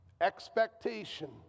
expectation